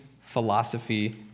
philosophy